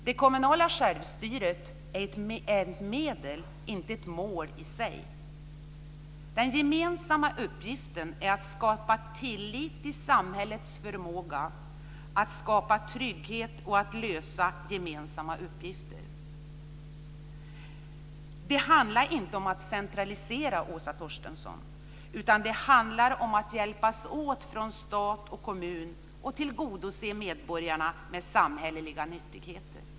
Den kommunala självstyrelsen är ett medel, inte ett mål i sig. Uppgiften är att skapa tillit till samhällets förmåga att skapa trygghet och att lösa gemensamma uppgifter. Det handlar inte om att centralisera, Åsa Torstensson, utan om att hjälpas åt från stat och kommun att tillgodose medborgarna med samhälleliga nyttigheter.